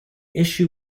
issue